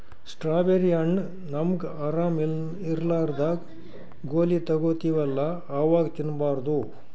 strawberry ಹಣ್ಣ್ ನಮ್ಗ್ ಆರಾಮ್ ಇರ್ಲಾರ್ದಾಗ್ ಗೋಲಿ ತಗೋತಿವಲ್ಲಾ ಅವಾಗ್ ತಿನ್ಬಾರ್ದು